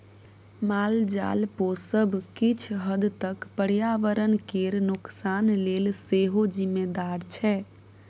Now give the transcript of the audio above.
मालजाल पोसब किछ हद तक पर्यावरण केर नोकसान लेल सेहो जिम्मेदार छै